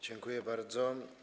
Dziękuję bardzo.